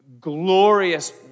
glorious